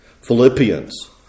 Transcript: Philippians